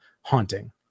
haunting